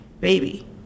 baby